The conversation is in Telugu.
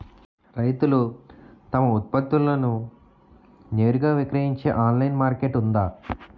రైతులు తమ ఉత్పత్తులను నేరుగా విక్రయించే ఆన్లైన్ మార్కెట్ ఉందా?